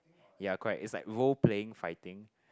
ya correct is like role playing fighting